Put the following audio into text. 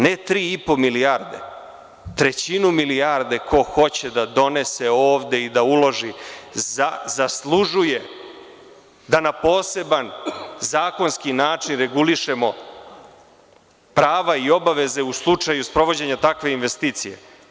Ne tri i po milijarde, trećinu milijarde ko hoće da donese ovde i da uloži zaslužuje da na poseban zakonski način regulišemo prava i obaveze u slučaju sprovođenja takve investicije.